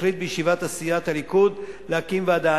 שהחליט בישיבת סיעת הליכוד להקים ועדה.